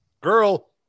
girl